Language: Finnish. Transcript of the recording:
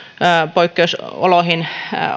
poikkeusoloihin